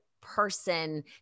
person